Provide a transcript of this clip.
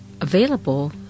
available